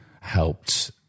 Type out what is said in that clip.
helped